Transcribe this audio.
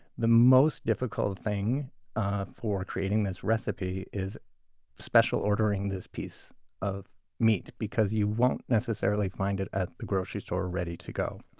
the most difficult thing for creating this recipe is special ordering this piece of meat because you won't necessarily find it at the grocery store ready to go.